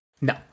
No